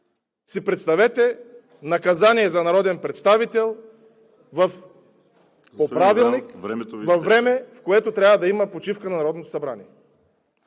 си представете – наказание за народен представител по Правилника във време, в което трябва да има почивка на Народното събрание.